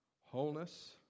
wholeness